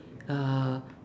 uh